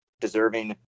deserving